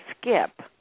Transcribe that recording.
skip